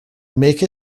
make